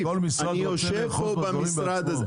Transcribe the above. אני יושב פה בוועדה,